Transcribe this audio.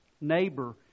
neighbor